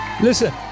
Listen